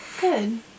Good